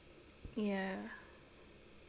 ya